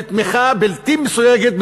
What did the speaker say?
ותמיכה בלתי מסויגת,